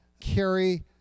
carry